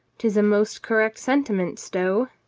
tis a most correct sentiment, stow,